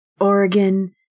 Oregon